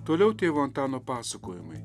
toliau tėvo antano pasakojimai